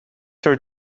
her